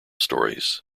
stories